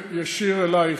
ישיר אלייך.